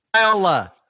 Viola